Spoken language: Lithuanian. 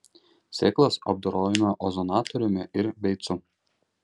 sėklas apdorojome ozonatoriumi ir beicu